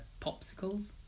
popsicles